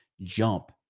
jump